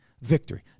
victory